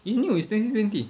it's new it's twenty twenty